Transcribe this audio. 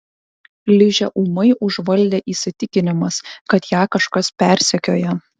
ližę ūmai užvaldė įsitikinimas kad ją kažkas persekioja